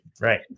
Right